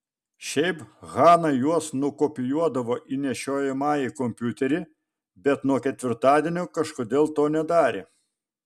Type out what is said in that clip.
šiaip hana juos nukopijuodavo į nešiojamąjį kompiuterį bet nuo ketvirtadienio kažkodėl to nedarė